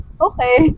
Okay